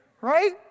Right